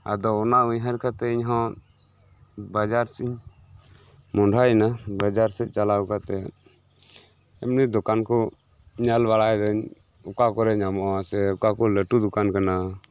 ᱟᱫᱚ ᱚᱱᱟ ᱩᱭᱦᱟᱹᱨ ᱠᱟᱛᱮᱫ ᱤᱧᱦᱚᱸ ᱵᱟᱡᱟᱨ ᱥᱮᱫᱤᱧ ᱢᱚᱸᱦᱚᱰᱟᱭᱮᱱᱟ ᱵᱟᱡᱟᱨ ᱥᱮᱫ ᱪᱟᱞᱟᱣ ᱠᱟᱛᱮᱫ ᱮᱢᱱᱤ ᱫᱚᱠᱟᱱ ᱠᱚ ᱧᱮᱞ ᱵᱟᱲᱟᱭ ᱫᱟᱹᱧ ᱚᱠᱟᱠᱚᱨᱮ ᱧᱟᱢᱚᱜᱼᱟ ᱥᱮ ᱚᱠᱟᱠᱚ ᱞᱟᱹᱴᱩ ᱫᱚᱠᱟᱱ ᱠᱟᱱᱟ